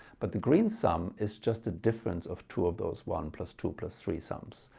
but the green sum is just a difference of two of those one plus two plus three sums.